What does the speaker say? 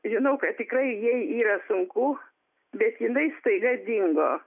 žinau kad tikrai jai yra sunku bet jinai staiga dingo